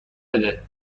بده